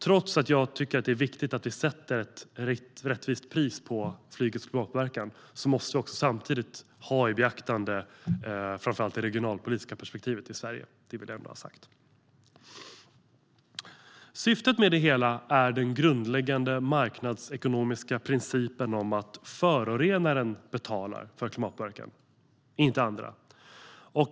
Trots att jag tycker att det är viktigt att vi sätter ett rättvist pris på flygets klimatpåverkan måste vi samtidigt ha i beaktande framför allt det regionalpolitiska perspektivet i Sverige. Det vill jag ha ändå sagt. Syftet med det hela är den grundläggande marknadsekonomiska principen att förorenaren betalar för klimatpåverkan, inte andra.